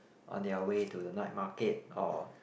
on their way to the night market or